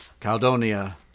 Caldonia